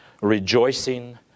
rejoicing